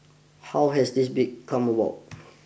how has this come about